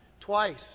twice